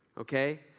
Okay